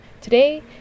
Today